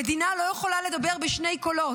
המדינה לא יכולה לדבר בשני קולות,